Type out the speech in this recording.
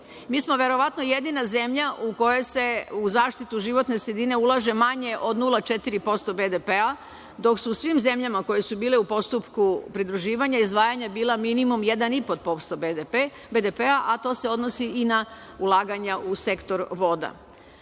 Mi smo verovatno jedina zemlja u kojoj se u zaštitu životne sredine ulaže manje od 0,4% BDP, dok se u svim zemljama koje su bile u postupku pridruživanja izdvajanja, bila minimum 1,5% BDP, a to se odnosi i na ulaganja u sektor voda. Pošto